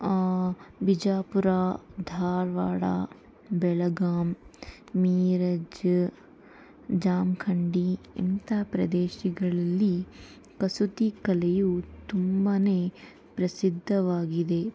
ಬಿಜಾಪುರ ಧಾರವಾಡ ಬೆಳಗಾಂ ಮೀರಜ್ ಜಮಖಂಡಿ ಇಂಥ ಪ್ರದೇಶಗಳಲ್ಲಿ ಕಸೂತಿ ಕಲೆಯು ತುಂಬಾ ಪ್ರಸಿದ್ಧವಾಗಿದೆ